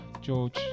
george